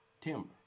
timber